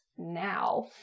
now